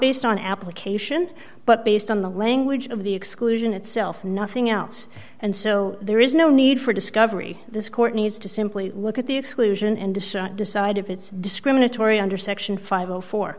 based on application but based on the language of the exclusion itself nothing else and so there is no need for discovery this court needs to simply look at the exclusion and decide if it's discriminatory under section five